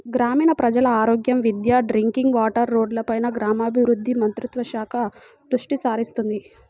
గ్రామీణ ప్రజల ఆరోగ్యం, విద్య, డ్రింకింగ్ వాటర్, రోడ్లపైన గ్రామీణాభివృద్ధి మంత్రిత్వ శాఖ దృష్టిసారిస్తుంది